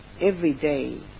everyday